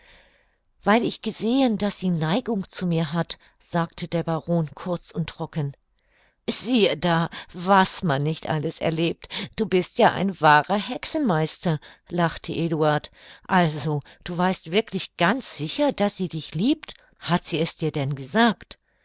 weil ich gesehen daß sie neigung zu mir hat sagte der baron kurz und trocken sieh da was man nicht alles erlebt du bist ja ein wahrer hexenmeister lachte eduard also du weißt wirklich ganz sicher daß sie dich liebt hat sie es dir denn gesagt